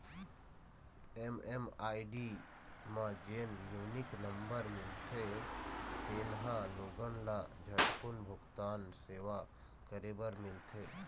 MMID म जेन unique number मिलथे तेन ह लोगन ल झटकून भूगतान सेवा करे बर मिलथे